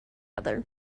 other